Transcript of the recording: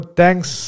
thanks